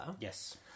Yes